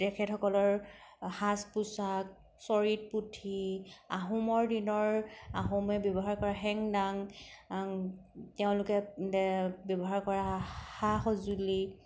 তেখেতসকলৰ সাজ পোচাক চৰিত পুথি আহোমৰ দিনৰ আহোমে ব্যৱহাৰ কৰা হেংদাং তেওঁলোকে ব্যৱহাৰ কৰা সা সজুলি